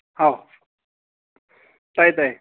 ꯍꯥꯎ ꯇꯥꯏꯌꯦ ꯇꯥꯏꯌꯦ